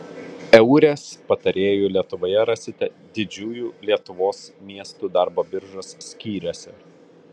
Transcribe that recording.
eures patarėjų lietuvoje rasite didžiųjų lietuvos miestų darbo biržos skyriuose